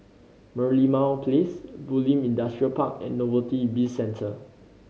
Merlimau Place Bulim Industrial Park and Novelty Bizcentre